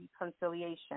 reconciliation